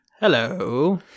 Hello